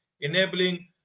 enabling